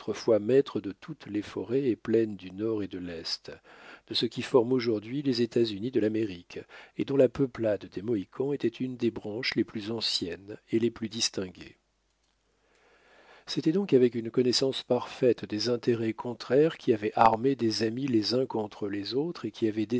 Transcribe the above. maître de toutes les forêts et plaines du nord et de l'est de ce qui forme aujourd'hui les états-unis de l'amérique et dont la peuplade des mohicans était une des branches les plus anciennes et les plus distinguées c'était donc avec une connaissance parfaite des intérêts contraires qui avaient armé des amis les uns contre les autres et qui avaient